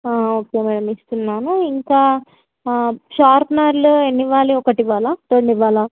okay madam ఇస్తున్నాను ఇంకా షార్ప్నర్లు ఎన్ని ఇవ్వాలి ఒకటి ఇవ్వాలా రెండు ఇవ్వాలా